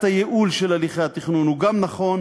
הייעול של הליכי התכנון אלא הוא נכון